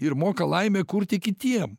ir moka laimę kurti kitiem